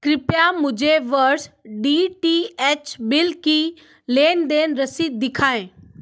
कृपया मुझे वर्ष डी टी एच बिल की लेनदेन रसीद दिखाएँ